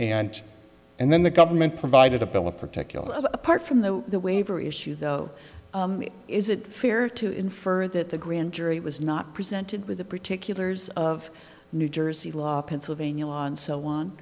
and and then the government provided a bill of particulars apart from the waiver issue though is it fair to infer that the grand jury was not presented with the particulars of new jersey law pennsylvania law and so on